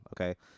Okay